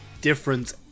difference